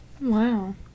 Wow